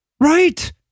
Right